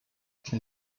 can